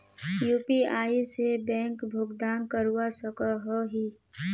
UPI से bank भुगतान करवा सकोहो ही?